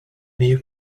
new